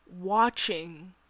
watching